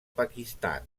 pakistan